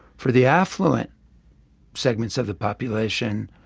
for the affluent segments of the population,